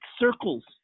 circles